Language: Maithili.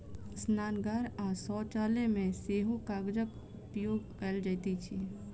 स्नानागार आ शौचालय मे सेहो कागजक उपयोग कयल जाइत अछि